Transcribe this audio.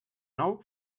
nou